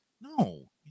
no